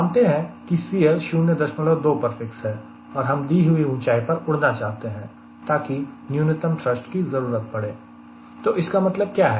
मानते हैं कि CL 02 पर फिक्स है और हम दी हुई ऊंचाई पर उड़ना चाहते हैं ताकि न्यूनतम थ्रष्ट की जरूरत पड़े तो इसका मतलब क्या है